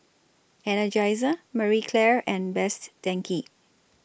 Energizer Marie Claire and Best Denki